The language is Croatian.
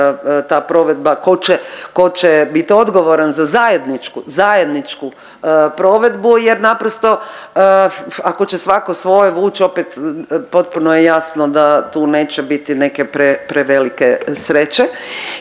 ta provedba tko će bit odgovoran za zajedničku, zajedničku provedbu jer naprosto ako će svatko svoje vući opet potpuno je jasno da tu neće biti neke prevelike sreće.